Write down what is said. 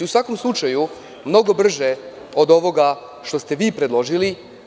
U svakom slučaju, mnogo brže od ovoga što ste vi predložili.